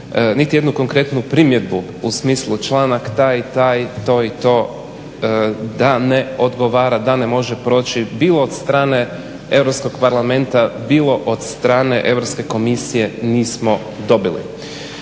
niti jednu konkretnu primjedbu u smislu članak taj i taj, to i to, da ne odgovara, da ne može proći bilo od strane Europskog parlamenta, bilo od strane Europske komisije nismo dobili.